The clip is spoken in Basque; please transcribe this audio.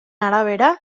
arabera